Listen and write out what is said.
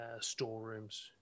storerooms